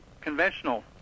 conventional